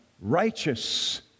righteous